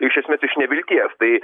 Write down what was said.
iš esmės iš nevilties tai